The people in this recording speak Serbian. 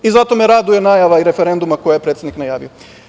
Zato me raduje i najava referenduma koju je predsednik najavio.